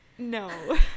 no